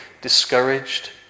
discouraged